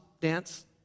dance